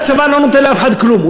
הצבא לא נותן לאף אחד כלום.